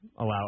allow